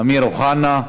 אמיר אוחנה,